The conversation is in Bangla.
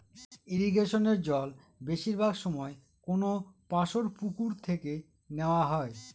ইরিগেশনের জল বেশিরভাগ সময় কোনপাশর পুকুর থেকে নেওয়া হয়